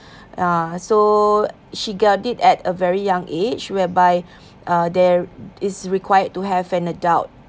ah so she got it at a very young age whereby uh there it's required to have an adult